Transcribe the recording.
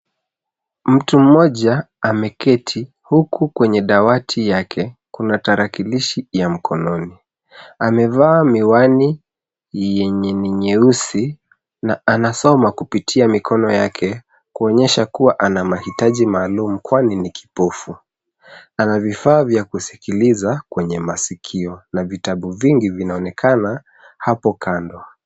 Mtu mmoja ameketi huku kwenye dawati yake, kuna tarakilishi ya mkononi. Amevaa miwani yenye ni nyeusi, na anasoma kupitia mikono yake kuonyesha kua ana mahitaji maalum kwani ni kipofu. Ana vifaa vya kusikiliza kwenye masikio na vitabu vingi vinaonekana hapo kando.